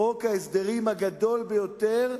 חוק ההסדרים הגדול ביותר,